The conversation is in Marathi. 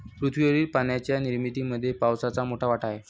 पृथ्वीवरील पाण्याच्या निर्मितीमध्ये पावसाचा मोठा वाटा आहे